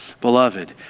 Beloved